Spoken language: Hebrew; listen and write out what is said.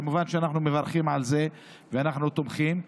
כמובן שאנחנו מברכים על זה ואנחנו תומכים.